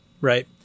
right